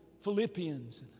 Philippians